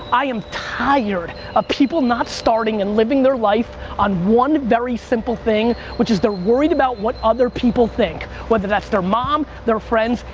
i am tired of ah people not starting and living their life on one very simple thing which is they're worried about what other people think, whether that's their mom, their friends,